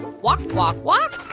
walk, walk, walk.